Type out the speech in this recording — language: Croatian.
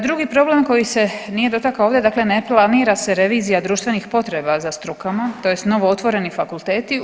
Drugi problem koji se nije dotakao ovdje, dakle ne planira se revizija društvenih potreba za strukama, tj. novootvoreni fakulteti.